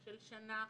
של שנה,